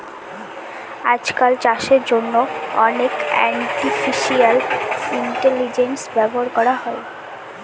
আজকাল চাষের জন্য অনেক আর্টিফিশিয়াল ইন্টেলিজেন্স ব্যবহার করা হয়